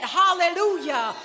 hallelujah